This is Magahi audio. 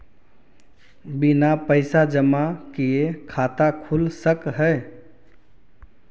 बिना पैसा जमा किए खाता खुल सक है?